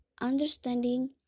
Understanding